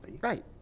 Right